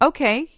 Okay